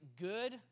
good